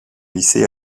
lycée